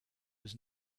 was